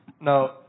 Now